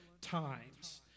times